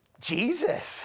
Jesus